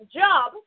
job